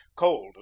cold